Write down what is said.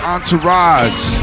Entourage